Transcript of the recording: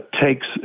takes